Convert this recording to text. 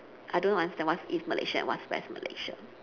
I don't know what's that what's east malaysia and what's west malaysia